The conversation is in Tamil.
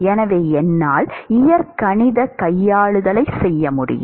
எனவே என்னால் இயற்கணிதக் கையாளுதலைச் செய்ய முடியும்